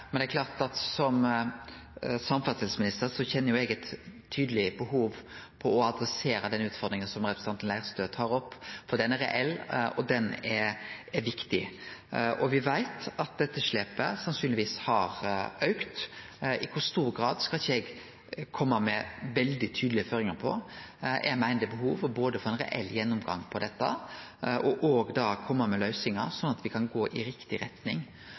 Men det er klart at som samferdselsminister kjenner eg eit tydeleg behov for å adressere den utfordringa som representanten Leirtrø tar opp, for ho er reell og viktig. Me veit at etterslepet sannsynlegvis har auka. I kva grad det har auka, skal ikkje eg kome med veldig tydelege føringar på, men eg meiner det er behov for å få ein reell gjennomgang av dette, og òg da å kome med løysingar slik at me kan gå i riktig retning.